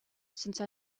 since